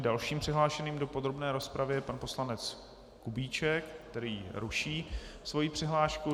Dalším přihlášeným do podrobné rozpravy je pan poslanec Kubíček, který ruší svoji přihlášku.